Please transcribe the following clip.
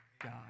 God